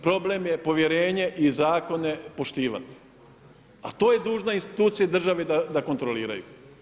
Problem je povjerenje i zakone poštivati, a to je dužna institucija države da kontroliraju.